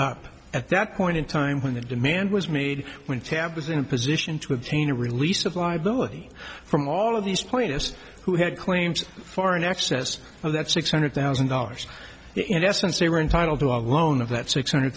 up at that point in time when the demand was made when ted was in a position to obtain a release of liability from all of these pointers who had claims for in excess of that six hundred thousand dollars in essence they were entitled to a loan of that six hundred